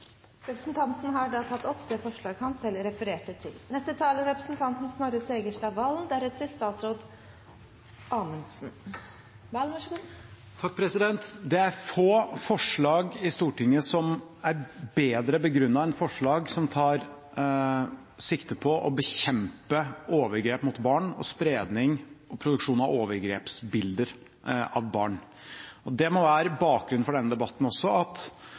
Representanten Kjell Ingolf Ropstad har tatt opp det forslaget han refererte til. Det er få forslag i Stortinget som er bedre begrunnet enn forslag som tar sikte på å bekjempe overgrep mot barn og spredning og produksjon av overgrepsbilder av barn. Det må også være bakgrunnen for denne debatten, at